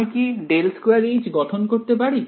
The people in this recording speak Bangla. আমি কি 2গঠন করতে পারি